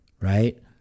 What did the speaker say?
right